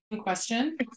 question